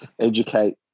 educate